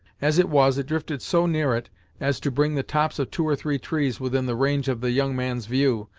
as it was, it drifted so near it as to bring the tops of two or three trees within the range of the young man's view,